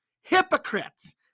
Hypocrites